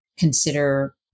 consider